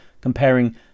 comparing